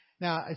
Now